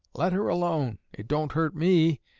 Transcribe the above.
let her alone. it don't hurt me,